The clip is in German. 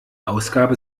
ausgabe